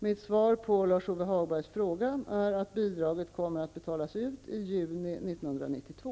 Mitt svar på Lars-Ove Hagbergs fråga är att bidraget kommer att betalas ut i juni 1992.